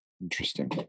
Interesting